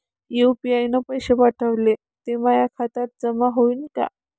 UPI न पैसे पाठवले, ते माया खात्यात जमा होईन का?